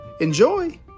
Enjoy